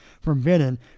forbidden